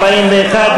41,